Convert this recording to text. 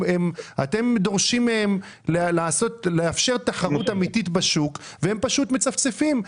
אתם דורשים מהם לאפשר תחרות אמיתית בשוק והם פשוט מצפצפים.